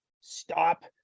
stop